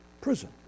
Prison